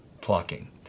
plucking